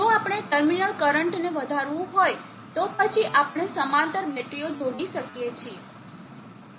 જો આપણે ટર્મિનલ કરંટને વધારવું હોય તો પછી આપણે સમાંતર બેટરીઓ જોડી શકીએ છીએ